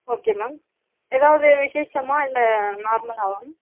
okay ma'am ஏதாவது விசேஷமா இல்லை நார்மலாகவா